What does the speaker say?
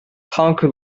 conquer